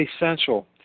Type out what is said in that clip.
essential